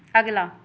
ਅਗਲਾ